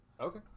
Okay